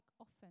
often